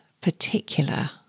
particular